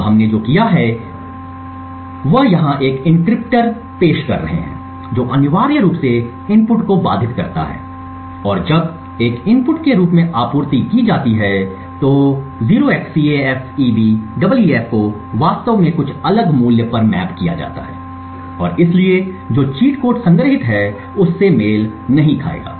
अब हमने जो किया है हम यहाँ एक एनक्रिप्टर्स पेश कर रहे हैं जो अनिवार्य रूप से इनपुट को बाधित करता है और जब एक इनपुट के रूप में आपूर्ति की जाती है तो 0xCAFEBEEF को वास्तव में कुछ अलग मूल्य पर मैप किया जाता है और इसलिए जो चीट कोड संग्रहीत है उससे मेल नहीं खाएगा